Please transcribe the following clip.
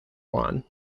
juan